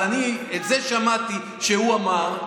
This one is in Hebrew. אבל את זה שמעתי שהוא אמר,